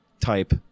type